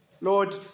Lord